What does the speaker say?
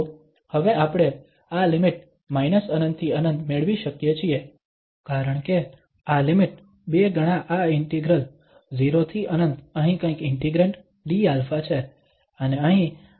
તો હવે આપણે આ લિમિટ −∞ થી ∞ મેળવી શકીએ છીએ કારણ કે આ લિમિટ 2 ગણા આ ઇન્ટિગ્રલ 0 થી ∞ અહીં કંઈક ઇન્ટિગ્રેંડ dα છે અને અહીં આપણી પાસે 3π8 છે